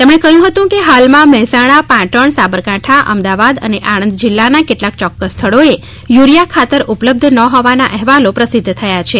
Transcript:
તેમણે કહ્યું હતું કે હાલમાં મહેસાણા પાટણ સાબરકાંઠા અમદાવાદ અને આણંદ જીલ્લાના કેટલાક ચોક્ક્સ સ્થળોએ યુરિયા ખાતર ઉપલબ્ધ ન હોવાના અહેવાલો પ્રસિધ્ધ કરાયા છે